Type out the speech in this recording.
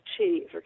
achieve